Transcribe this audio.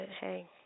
hey